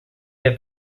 have